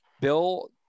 Bill